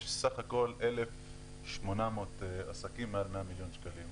יש סך הכול 1,800 עסקים מעל 100 מיליון שקלים,